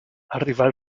arriva